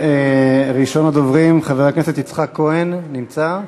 ראשון הדוברים, חבר הכנסת יצחק כהן, נמצא?